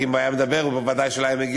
כי אם הוא היה מדבר ודאי שהוא לא היה מגיע